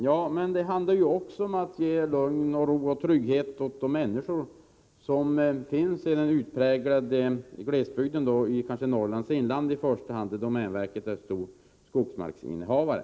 Ja, men det handlar också om att ge lugn och ro och trygghet åt människorna i den utpräglade glesbygden, kanske i första hand i Norrlands inland, där domänverket är en stor skogsmarksinnehavare.